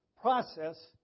process